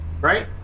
Right